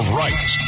right